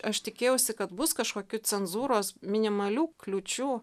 aš tikėjausi kad bus kažkokių cenzūros minimalių kliūčių